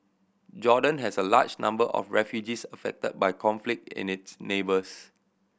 Jordan has a large number of refugees affected by conflict in its neighbours